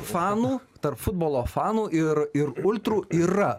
fanų tarp futbolo fanų ir ir ultrų yra